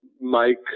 Mike